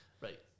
Right